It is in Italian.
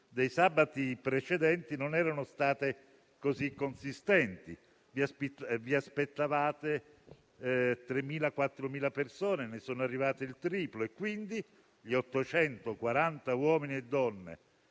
dei sabati precedenti non erano state così consistenti. Vi aspettavate 3.000-4.000 persone: ne sono arrivate il triplo e, quindi, gli 840 uomini e donne